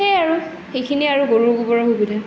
সেয়াই আৰু সেইখিনিয়ে আৰু গৰুৰ গোবৰৰ সুবিধা